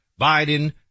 Biden